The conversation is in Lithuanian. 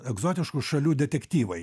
egzotiškų šalių detektyvai